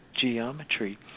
geometry